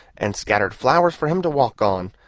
and scattered flowers for him to walk on,